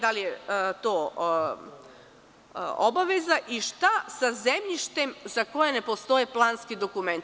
Da li je to obaveza i šta sa zemljištem za koje ne postoje planski dokumenti?